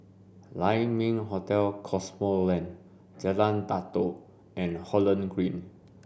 Lai Ming Hotel Cosmoland Jalan Datoh and Holland Green